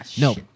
No